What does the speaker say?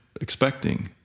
expecting